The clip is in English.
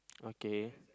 okay